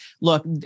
look